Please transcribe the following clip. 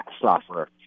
software